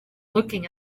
looking